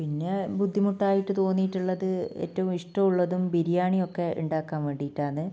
പിന്നെ ബുദ്ധിമുട്ടായിട്ട് തോന്നീട്ടുള്ളത് ഏറ്റവും ഇഷ്ടം ഉള്ളതും ബിരിയാണി ഒക്കെ ഉണ്ടാക്കാൻ വേണ്ടീട്ടാണ്